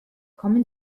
kommen